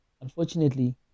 Unfortunately